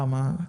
למה?